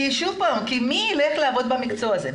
כי מי ילך לעבוד במקצוע הזה?